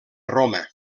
roma